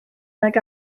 nag